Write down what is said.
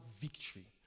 victory